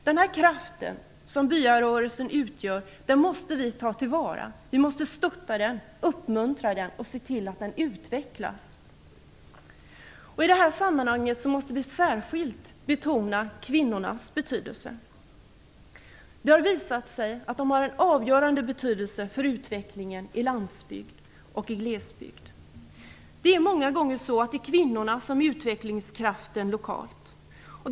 Denna kraft som byarörelsen utgör måste tas tillvara. Vi måste stötta den, uppmuntra den och se till att den utvecklas. I detta sammanhang måste kvinnornas betydelse särskilt betonas. Det har visat sig att de har en avgörande betydelse för utvecklingen i landsbygd och i glesbygd. Det är många gånger kvinnorna som är utvecklingskraften lokalt.